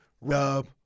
Rub